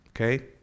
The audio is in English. Okay